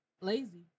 Lazy